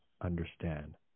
understand